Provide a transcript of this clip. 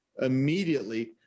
immediately